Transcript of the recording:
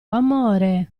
amore